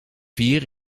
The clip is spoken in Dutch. vier